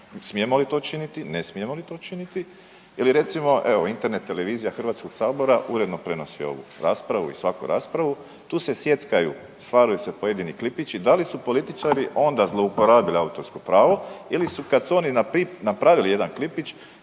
smijemo li to činiti, ne smijemo li to činiti. Ili recimo evo Internet televizija Hrvatskog sabora uredno prenosi ovu raspravu i svaku raspravu, tu se sjeckaju stvaraju se pojedini klipići da li su političari onda zlouporabili autorsko pravo ili kad su oni napravili jedan klipić